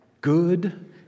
good